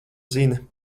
zina